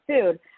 food